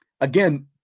Again